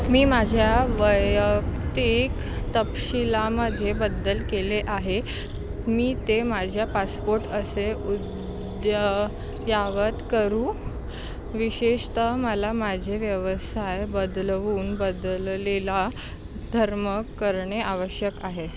मी माझ्या वैयक्तिक तपशीलामध्ये बदल केले आहे मी ते माझ्या पासपोट असे अद्य यावत करू विशेषतः मला माझे व्यवसाय बदलवून बदललेला धर्म करणे आवश्यक आहे